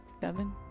seven